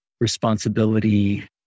responsibility